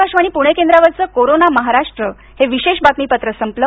आकाशवाणी पूणे केंद्रावरचं कोरोना महाराष्ट्र हे विशेष बातमीपत्र संपलं